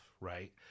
right